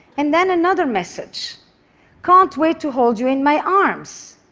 and then another message can't wait to hold you in my arms.